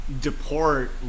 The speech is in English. deport